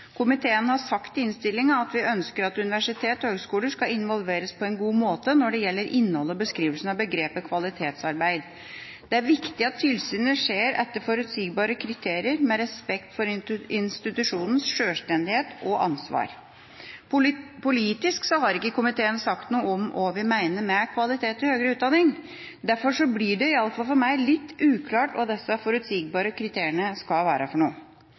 Komiteen har sagt i innstillinga at vi ønsker at universitet og høgskoler skal involveres på en god måte når det gjelder innhold og beskrivelsen av begrepet «kvalitetsarbeid». Det er viktig at tilsynet skjer etter forutsigbare kriterier med respekt for institusjonens sjølstendighet og ansvar. Politisk har ikke komiteen sagt noe om hva vi mener med kvalitet i høgere utdanning. Derfor blir det – i alle fall det for meg – litt uklart hva disse forutsigbare kriteriene skal være. Det samme gjelder akkreditering. Her skal også NOKUT inn for